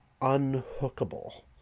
unhookable